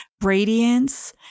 radiance